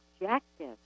objective